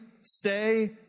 stay